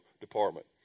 department